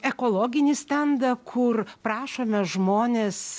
ekologinį stendą kur prašome žmones